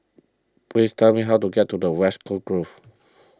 please tell me how to get to the West Coast Grove